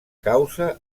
causa